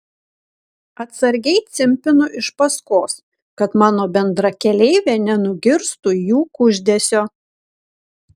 atsargiai cimpinu iš paskos kad mano bendrakeleivė nenugirstų jų kuždesio